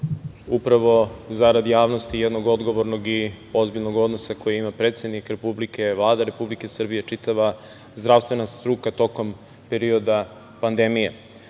upravo zarad javnosti i jednog odgovornog i ozbiljnog odnosa koji ima predsednik Republike, Vlada Republike Srbije, čitava zdravstvena struka tokom perioda pandemije. Naravno